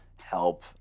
help